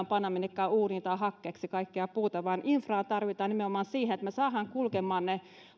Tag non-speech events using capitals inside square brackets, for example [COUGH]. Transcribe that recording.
[UNINTELLIGIBLE] panna minnekään uuniin tai hakkeeksi infraa tarvitaan nimenomaan siihen että me saamme kulkemaan sen